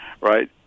right